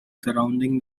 surrounding